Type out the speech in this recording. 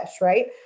Right